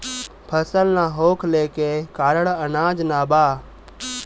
फसल ना होखले के कारण अनाज ना बा